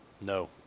No